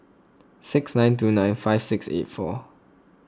six nine two nine five six eight four